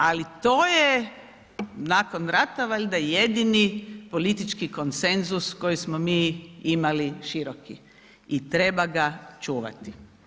Ali to je nakon rata valjda jedini politički konsenzus koji smo mi imali široki i treba ga čuvati.